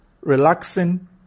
relaxing